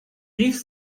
rief